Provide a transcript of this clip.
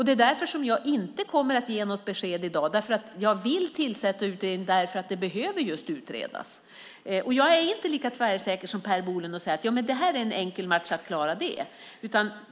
Det är därför jag inte kommer att ge något besked i dag. Jag vill tillsätta utredningen därför att det behöver utredas. Jag är inte lika tvärsäker som Per Bolund. Jag säger inte att det är en enkel match att klara det.